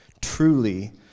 Truly